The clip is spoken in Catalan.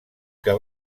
que